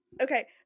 Okay